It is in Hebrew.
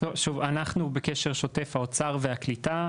שוב, אנחנו בקשר שוטף, האוצר והקליטה.